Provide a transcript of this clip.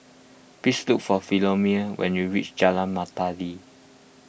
please look for Philomene when you reach Jalan Melati